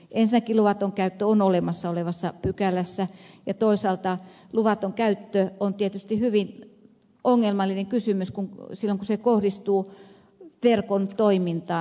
ensinnäkin luvaton käyttö on olemassa olevassa pykälässä ja toisaalta luvaton käyttö on tietysti hyvin ongelmallinen kysymys silloin kun se kohdistuu verkon toimintaan